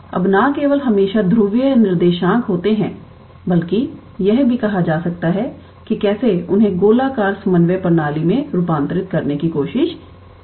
अब न केवल हमेशा ध्रुवीय निर्देशांक होते हैं बल्कि यह भी कहा जा सकता है कि कैसे उन्हें गोलाकार समन्वय प्रणाली में रूपांतरित करने की कोशिश की जाती है